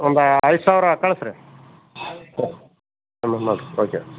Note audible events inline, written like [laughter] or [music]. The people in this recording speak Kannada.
ಒಂದು ಐದು ಸಾವಿರ ಕಳ್ಸಿ ರೀ [unintelligible] ಓಕೆ